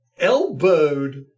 elbowed